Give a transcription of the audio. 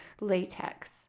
latex